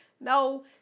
no